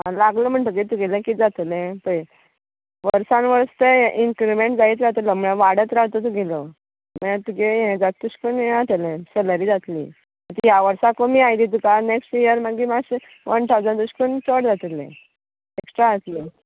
लागलो म्हणटगीर तुगेलें कितें जातलें पय वर्सान वर्स तें इन्क्रिमेन्ट जायत जाता म्हळ्यार वाडत रावता तुगेलो म्हळ्यार तुगे यें जाता तशें कोरून ये जातली सेलरी जातली ह्या वर्साक कमी आयली तुका नेक्श्ट इयर मागीर वान ठावजन तशें कोरुन चड जातलें एक्ट्रा जातलें